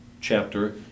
chapter